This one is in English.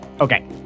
Okay